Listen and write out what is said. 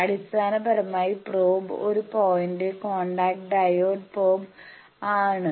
അടിസ്ഥാനപരമായി പ്രോബ് ഒരു point contact diode probe ആണ്